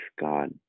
God